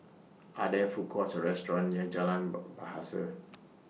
Are There Food Courts Or restaurants near Jalan ber Bahasa